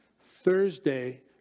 Thursday